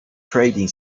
trading